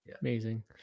Amazing